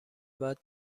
بعد